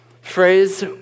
phrase